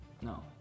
No